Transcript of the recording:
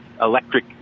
electric